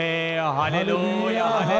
Hallelujah